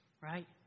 right